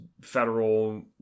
federal